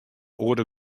oare